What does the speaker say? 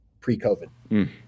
pre-COVID